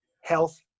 health